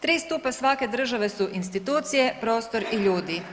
Tri stupa svake države su institucije, prostor i ljudi.